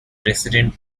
resident